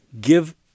give